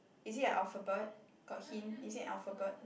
is it a alphabet got hint is it an alphabet